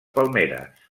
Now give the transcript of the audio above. palmeres